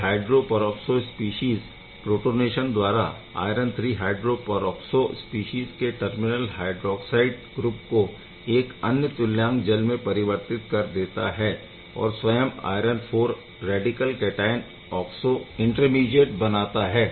यह hydroperoxide species protonation द्वाराआयरन III hydroperoxo species के टर्मिनल हाइड्रॉक्साइड ग्रुप को एक अन्य तुल्यांक जल में परिवर्तित कर देता है और स्वयं iron IV radical cation oxo intermediate बनाता है